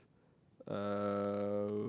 uh